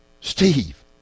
Steve